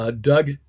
Doug